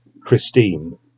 Christine